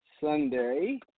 Sunday